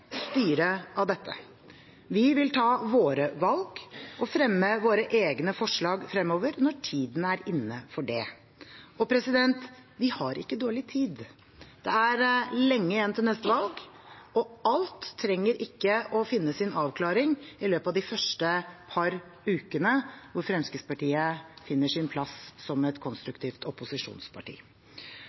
styre av dette. Vi vil ta våre valg og fremme våre egne forslag fremover når tiden er inne for det. Vi har ikke dårlig tid. Det er lenge igjen til neste valg, og alt trenger ikke å finne sin avklaring i løpet av de første par ukene hvor Fremskrittspartiet finner sin plass som et konstruktivt opposisjonsparti.